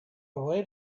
way